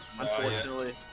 Unfortunately